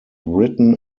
written